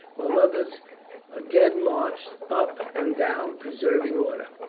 while others again marched up and down preserving order.